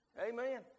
Amen